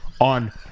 on